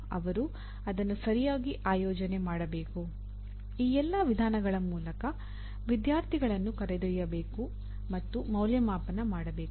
ಅವರು ಅದನ್ನು ಸರಿಯಾಗಿ ಆಯೋಜನೆ ಮಾಡಬೇಕು ಈ ಎಲ್ಲಾ ವಿಧಾನಗಳ ಮೂಲಕ ವಿದ್ಯಾರ್ಥಿಗಳನ್ನು ಕರೆದೊಯ್ಯಬೇಕು ಮತ್ತು ಮೌಲ್ಯಮಾಪನ ಮಾಡಬೇಕು